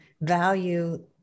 value